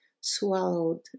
swallowed